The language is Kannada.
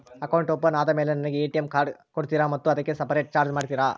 ಅಕೌಂಟ್ ಓಪನ್ ಆದಮೇಲೆ ನನಗೆ ಎ.ಟಿ.ಎಂ ಕಾರ್ಡ್ ಕೊಡ್ತೇರಾ ಮತ್ತು ಅದಕ್ಕೆ ಸಪರೇಟ್ ಚಾರ್ಜ್ ಮಾಡ್ತೇರಾ?